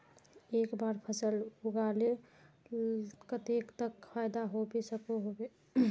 एक बार फसल लगाले कतेक तक फायदा होबे सकोहो होबे?